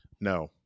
no